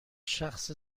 شخص